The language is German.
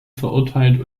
verurteilt